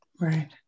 right